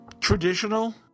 traditional